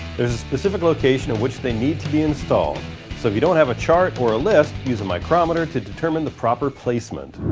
there's a specific location in which they need to be installed so if you don't chart or a list, use a micrometer to determine the proper placement.